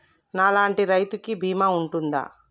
నా లాంటి రైతు కి బీమా ఉంటుందా?